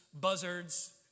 buzzards